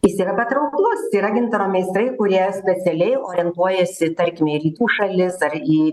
jis yra patrauklus yra gintaro meistrai kurie specialiai orientuojasi tarkime į rytų šalis ar į